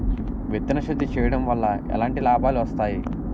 విత్తన శుద్ధి చేయడం వల్ల ఎలాంటి లాభాలు వస్తాయి?